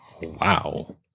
Wow